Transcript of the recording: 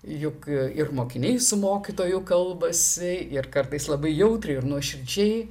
juk ir mokiniai su mokytoju kalbasi ir kartais labai jautriai ir nuoširdžiai